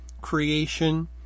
creation